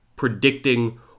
Predicting